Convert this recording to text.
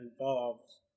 involves